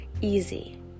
easy